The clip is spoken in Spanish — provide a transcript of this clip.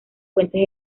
fuentes